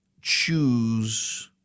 choose